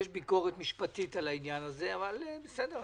יש ביקורת משפטית על העניין הזה - בסדר,